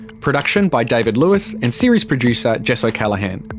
production by david lewis and series producer jess o'callaghan,